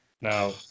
Now